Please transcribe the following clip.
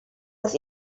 dass